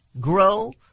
grow